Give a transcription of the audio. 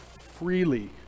freely